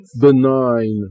benign